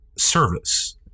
Service